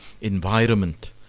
environment